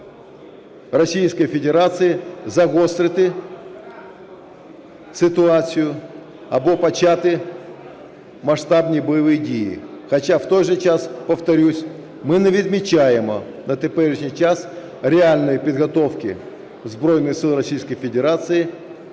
Російської Федерації загострити ситуацію або почати масштабні бойові дії, хоча, в той же час, повторюся, ми не відмічаємо на теперішній час реальної підготовки Збройних сил Російської Федерації